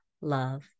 love